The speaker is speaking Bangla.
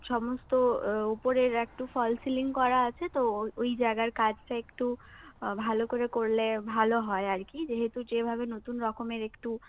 সমস্ত ওপরের একটু ফলস সিলিং করা আছে তো ওই জায়গার কাজটা একটু ভালো করে করলে ভালো হয় আর কি যেহেতু যেভাবে নতুন রকমের একটু